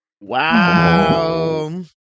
Wow